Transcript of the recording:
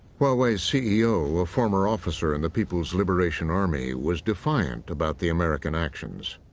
huawei's c e o, a former officer in the people's liberation army, was defiant about the american actions.